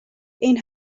ein